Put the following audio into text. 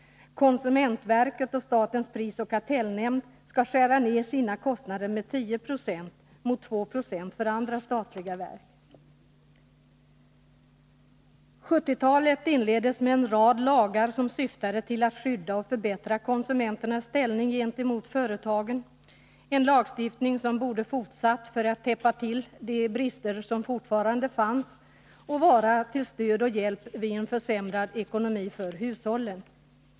Konsumentverket och statens prisoch kartellnämnd skall skära ned sina kostnader med 10 96, mot 2 20 för andra statliga verk. 1970-talet inleddes med en rad lagar som syftade till att skydda och förbättra konsumenternas ställning gentemot företagen. Detta lagstiftningsarbete borde ha fortsatt för att täppa till de brister som fortfarande fanns och vara till stöd och hjälp vid en försämrad ekonomi för hushållen.